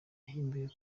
yahimbiwe